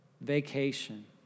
vacation